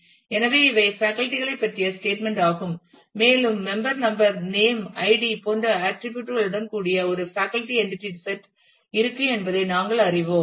எனவே இவை பேக்கல்டி களைப் பற்றிய ஸ்டேட்மெண்ட் ஆகும் மேலும் மெம்பர் நம்பர் நேம் ஐடி போன்ற ஆட்டிரிபியூட் களுடன் கூடிய ஒரு பேக்கல்டி என்டிடி செட் இருக்கும் என்பதை நாங்கள் அறிவோம்